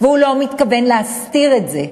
והוא לא מתכוון להסתיר את זה.